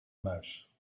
muis